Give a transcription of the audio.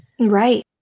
Right